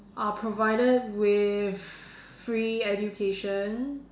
are provided with free education